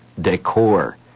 decor